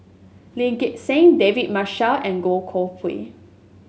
Lee Gek Seng David Marshall and Goh Koh Pui